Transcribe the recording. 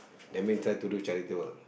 that mean try to do charity work